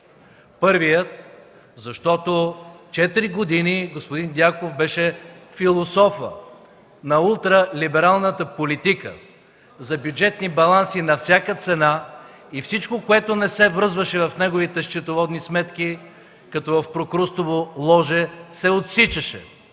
Първият, защото четири години господин Дянков беше философът на ултралибералната политика за бюджетни баланси на всяка цена. И всичко, което не са счетоводни сметки, като в Прокрустово ложе се отсичаше.